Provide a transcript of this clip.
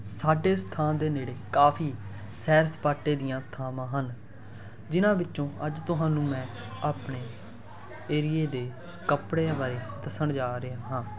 ਸਾਡੇ ਸਥਾਨ ਦੇ ਨੇੜੇ ਕਾਫੀ ਸੈਰ ਸਪਾਟੇ ਦੀਆਂ ਥਾਵਾਂ ਹਨ ਜਿਨ੍ਹਾਂ ਵਿੱਚੋਂ ਅੱਜ ਤੁਹਾਨੂੰ ਮੈਂ ਆਪਣੇ ਏਰੀਏ ਦੇ ਕੱਪੜਿਆਂ ਬਾਰੇ ਦੱਸਣ ਜਾ ਰਹੇ ਹਾਂ